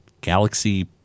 Galaxy